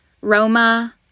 Roma